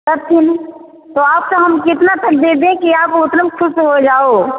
तब फिर तो आपको हम कितना तक दे दें कि आप उतने म खुश हो जाओ